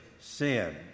sin